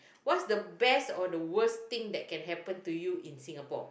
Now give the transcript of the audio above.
what's the best or the worst thing that can happen to you in Singapore